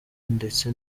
ndetse